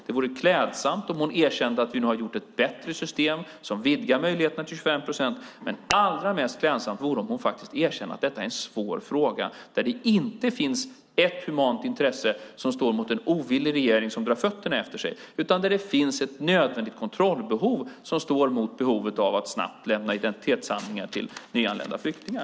Det vore klädsamt om hon erkände att vi nu har gjort ett bättre system, som vidgar möjligheter till 25 procent. Men allra mest klädsamt vore det om hon faktiskt erkände att detta är en svår fråga där det inte finns ett humant intresse som står mot en ovillig regering som drar fötterna efter sig, utan där det finns ett nödvändigt kontrollbehov som står mot behovet av att snabbt lämna identitetshandlingar till nyanlända flyktingar.